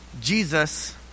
Jesus